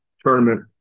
tournament